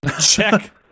check